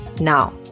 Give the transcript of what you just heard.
Now